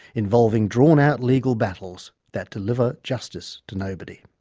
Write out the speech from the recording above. involving drawn-out legal battles that deliver justice to nobody.